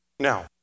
Now